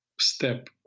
step